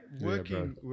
Working